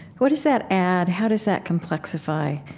what does that add? how does that complexify